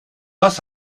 was